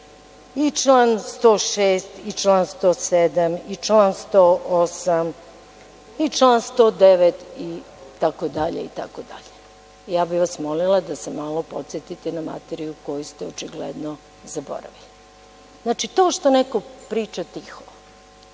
i član 106, član 107, član 108, član 109, itd. Ja bih vas molila da se malo podsetite na materiju koju ste očigledno zaboravili. Znači, to što neko priča tiho,